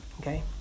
okay